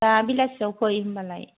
दा बेलासियाव फै होम्बालाय